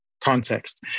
context